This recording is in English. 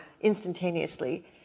instantaneously